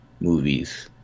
movies